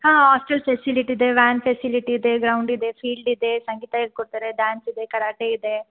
ಹಾಂ hostel facility ಇದೆ van facility ಇದೆ ಗ್ರೌಂಡ್ ಇದೆ ಫೀಲ್ಡ್ ಇದೆ ಸಂಗೀತ ಹೇಳ್ಕೊಡ್ತಾರೆ ಡ್ಯಾನ್ಸ್ ಇದೆ ಕರಾಟೆ ಇದೆ